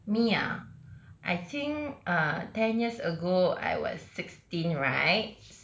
me ah I think ah ten years ago I was sixteen right